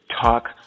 talk